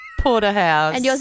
Porterhouse